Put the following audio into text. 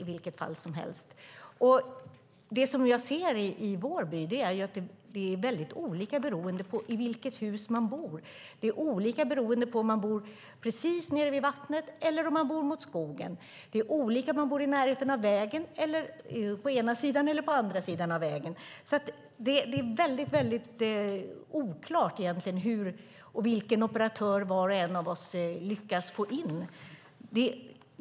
I vår by fungerar det väldigt olika beroende på i vilket hus man bor. Det är olika om man bor precis vid vattnet eller mot skogen. Det är olika om man bor i närheten av vägen, på ena eller andra sidan av vägen. Det är oklart vilken operatör var och en av oss lyckas få in.